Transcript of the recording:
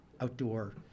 outdoor